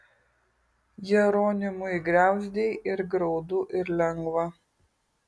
jeronimui griauzdei ir graudu ir lengva